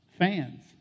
Fans